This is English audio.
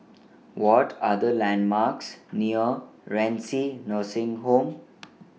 What Are The landmarks near Renci Nursing Home